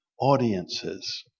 audiences